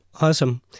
awesome